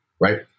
right